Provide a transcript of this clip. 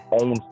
own